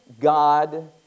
God